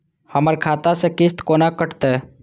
हमर खाता से किस्त कोना कटतै?